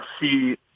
see